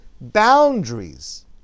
boundaries